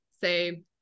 say